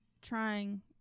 trying